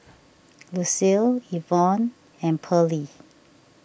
Lucile Evon and Pearley